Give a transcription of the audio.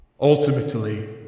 Ultimately